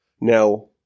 Now